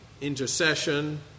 Intercession